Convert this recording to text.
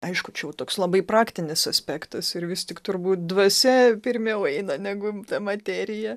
aišku čia jau toks labai praktinis aspektas ir vis tik turbūt dvasia pirmiau eina negu materija